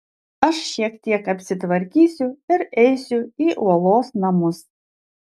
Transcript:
aš šiek tiek apsitvarkysiu ir eisiu į uolos namus